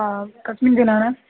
आं कस्मिन् जनानां